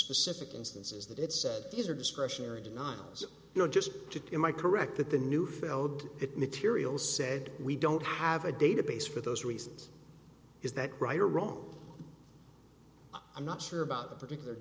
specific instances that it said these are discretionary do not you're just to am i correct that the neufeld it material said we don't have a database for those reasons is that right or wrong i'm not sure about that particular